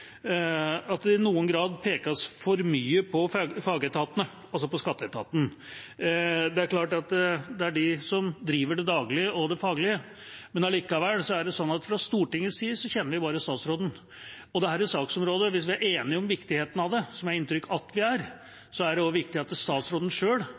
noen grad pekes for mye på fagetatene, altså på skatteetaten. Det er klart at det er de som driver det daglige og det faglige, men allikevel er det sånn at vi fra Stortingets side kjenner bare statsråden. Og på dette saksområdet – hvis vi er enige om viktigheten av det, som jeg har inntrykk av at vi